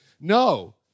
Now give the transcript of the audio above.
no